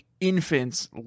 infants